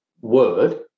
word